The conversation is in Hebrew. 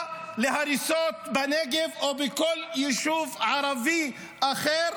שבאה להריסות בנגב או בכל יישוב ערבי אחר,